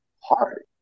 hard